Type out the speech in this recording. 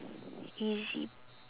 ez~